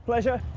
pleasure.